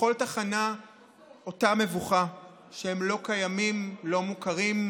בכל תחנה אותה מבוכה שהם לא קיימים, לא מוכרים,